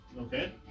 Okay